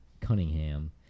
Cunningham